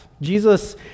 Jesus